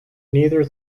neither